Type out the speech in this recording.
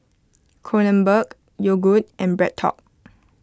Kronenbourg Yogood and BreadTalk